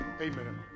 Amen